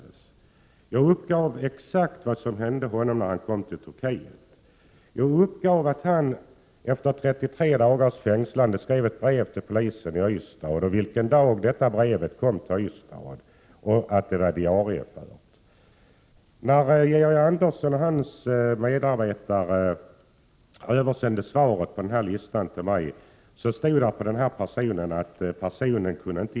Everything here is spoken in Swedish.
Jag 2 juni 1988 redovisade exakt vad som hände denna person när han kom till Turkiet och 3 S [: Granskning av statsmeddelade att han efter 33 dagar i fängelse skrev ett brev till polisen i Ystad. 2 Sa de 5 rådens tjänsteutövning Vidare meddelade jag vilken dag detta brev kom till Ystad samt att det var LR När Georg Andersson och hans medarbetare översände svaret angående den här listan till mig stod det att denna person inte kunde identifieras.